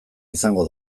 izango